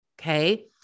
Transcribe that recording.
Okay